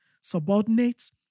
subordinates